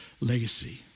legacy